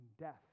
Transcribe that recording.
death